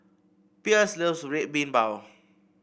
Pierce loves Red Bean Bao